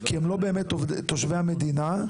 כי הם לא באמת תושבי המדינה,